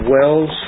Wells